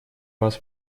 вас